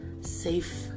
Safe